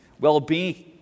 well-being